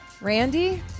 Randy